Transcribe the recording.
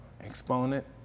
Exponent